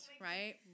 right